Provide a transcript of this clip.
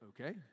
Okay